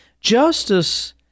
Justice